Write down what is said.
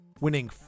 winning